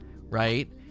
right